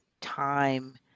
time